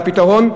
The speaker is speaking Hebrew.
לפתרון,